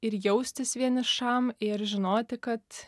ir jaustis vienišam ir žinoti kad